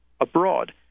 abroad